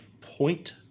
point